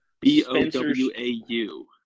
B-O-W-A-U